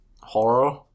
horror